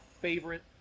favorite